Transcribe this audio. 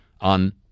on